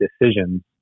decisions